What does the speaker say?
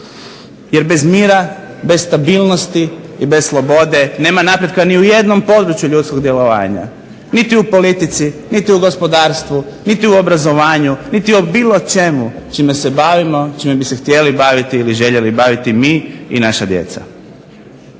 Jer bez mira, bez stabilnosti i bez slobode nema napretka ni u jednom području ljudskog djelovanja, niti u politici, niti u gospodarstvu, niti u obrazovanju, niti u bilo čemu čime se bavimo, čime bi se željeli baviti mi i naša djeca.